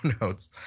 notes